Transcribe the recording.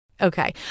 Okay